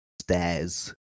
stairs